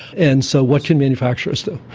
and so what can manufacturers do?